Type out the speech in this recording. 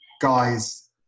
guys